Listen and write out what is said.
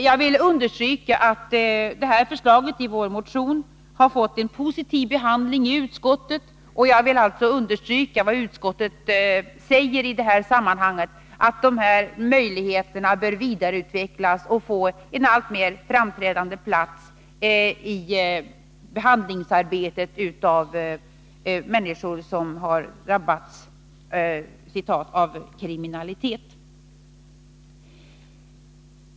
Jag vill understryka att förslaget i vår motion har fått en positiv behandling i utskottet, och jag vill alltså betona vad utskottet säger i detta sammanhang, nämligen att dessa möjligheter bör vidareutvecklas och få en alltmer framträdande plats i arbetet med behandlingen av människor som drabbats av kriminalitet.